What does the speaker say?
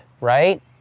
right